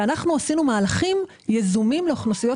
אנחנו עשינו מהלכים יזומות לאוכלוסיות